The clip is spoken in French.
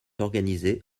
organisé